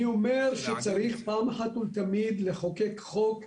אני אומר, שפעם אחת ולתמיד צריך לחוקק חוק,